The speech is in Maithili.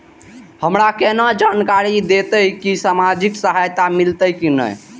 हमरा केना जानकारी देते की सामाजिक सहायता मिलते की ने?